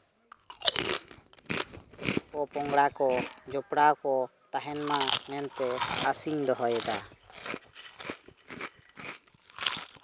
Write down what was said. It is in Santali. ᱯᱚᱼᱯᱚᱝᱲᱟ ᱠᱚ ᱡᱚᱯᱲᱟᱣ ᱠᱚ ᱛᱟᱦᱮᱱ ᱢᱟ ᱢᱮᱱᱛᱮ ᱟᱥᱤᱧ ᱫᱚᱦᱚᱭᱮᱫᱟ